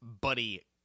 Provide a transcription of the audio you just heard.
buddy